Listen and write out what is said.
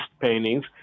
paintings